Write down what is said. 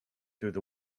through